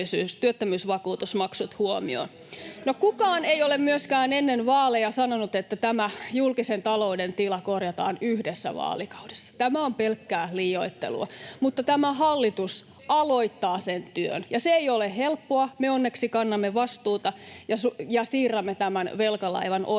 työttömyysvakuutusmaksut huomioon. No, kukaan ei ole myöskään ennen vaaleja sanonut, että tämä julkisen talouden tila korjataan yhdessä vaalikaudessa. Tämä on pelkkää liioittelua. Mutta tämä hallitus aloittaa sen työn, ja se ei ole helppoa. Me onneksi kannamme vastuuta ja siirrämme tämän velkalaivan oikealle